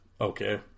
Okay